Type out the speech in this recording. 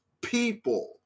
people